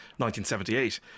1978